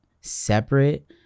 separate